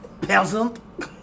peasant